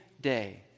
day